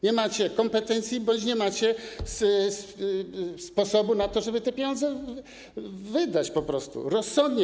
Nie macie kompetencji bądź nie macie sposobu na to, żeby te pieniądze wydać rozsądnie.